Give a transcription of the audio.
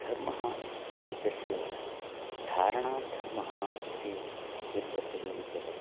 धर्मः इत्यस्य धारणात् धर्मः इति व्युत्पत्तिः उच्यते